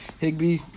Higby